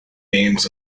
names